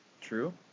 true